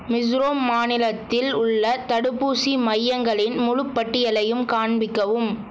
மிஸோரோம் மாநிலத்தில் உள்ள தடுப்பூசி மையங்களின் முழு பட்டியலையும் காண்பிக்கவும்